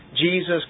Jesus